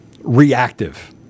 reactive